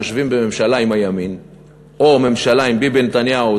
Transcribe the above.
יושבים בממשלה עם הימין או בממשלה עם ביבי נתניהו,